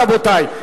רבותי.